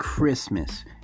Christmas